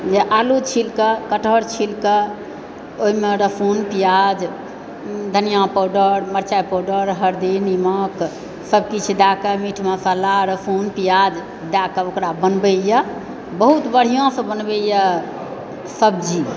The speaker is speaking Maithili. जे आलू छिलकऽ कटहर छिलकऽ ओहिमे लहसुन प्याज धनिआँ पाउडर मरचाइ पाउडर हरदी नमक सब किछु दए कऽ मीट मसल्ला लहसुन प्याज दए कऽ ओकरा बनबैए बहुत बढ़िआँ सँ बनबैए सब्जी